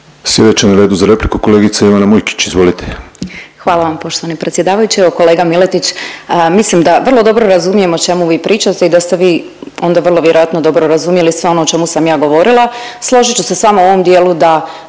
Sljedeća na redu za repliku kolegica Ivana Mujkić, izvolite. **Mujkić, Ivana (DP)** Hvala vam poštovani predsjedavajući. Evo kolega Miletić, mislim da vrlo dobro razumijem o čemu vi pričate i da ste vi onda vrlo vjerojatno dobro razumjeli sve ono o čemu sam ja govorila. Složit ću se s vama u ovom dijelu da